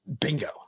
Bingo